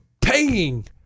paying